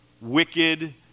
wicked